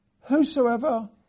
whosoever